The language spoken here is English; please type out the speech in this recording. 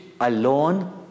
alone